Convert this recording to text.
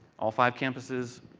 all five campuses.